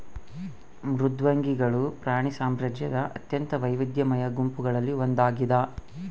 ಮೃದ್ವಂಗಿಗಳು ಪ್ರಾಣಿ ಸಾಮ್ರಾಜ್ಯದ ಅತ್ಯಂತ ವೈವಿಧ್ಯಮಯ ಗುಂಪುಗಳಲ್ಲಿ ಒಂದಾಗಿದ